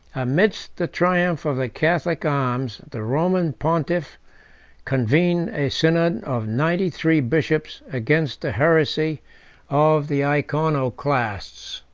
amidst the triumph of the catholic arms, the roman pontiff convened a synod of ninety-three bishops against the heresy of the iconoclasts.